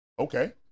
Okay